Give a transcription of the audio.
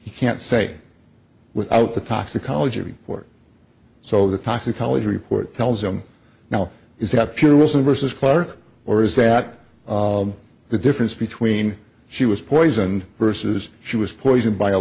you can't say without the toxicology report so the toxicology report tells them now is that true isn't versus clerk or is that the difference between she was poisoned versus she was poisoned by a